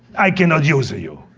i cannot use you